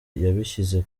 yabishyize